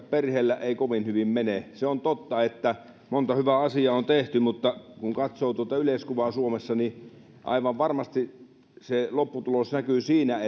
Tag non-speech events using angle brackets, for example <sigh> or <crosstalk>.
<unintelligible> perheillä ei kovin hyvin mene se on totta että monta hyvää asiaa on tehty mutta kun katsoo yleiskuvaa suomesta niin aivan varmasti se lopputulos näkyy siinä <unintelligible>